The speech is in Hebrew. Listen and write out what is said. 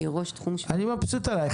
שהיא ראש תחום --- אני מבסוט עלייך.